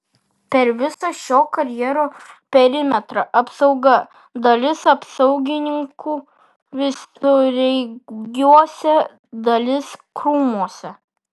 per visą šio karjero perimetrą apsauga dalis apsaugininkų visureigiuose dalis krūmuose